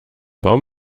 baum